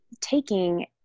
taking